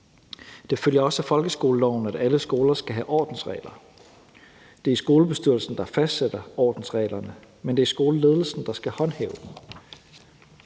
Det følger også af folkeskoleloven, at alle skoler skal have ordensregler. Det er skolebestyrelsen, der fastsætter ordensreglerne, men det er skoleledelsen, der skal håndhæve dem.